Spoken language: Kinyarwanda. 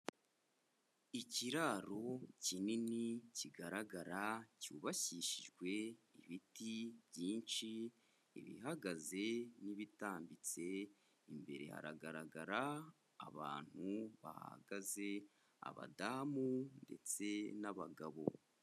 Ikiraro kinini kigaragara cyubakishijwe ibiti byinshi ibihagaze n'ibitambitse, imbere hagaragara abantu bahahagaze, abadamu ndetse n'abagabo.